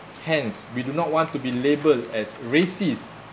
hence we do not want to be labelled as racist